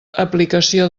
aplicació